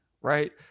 right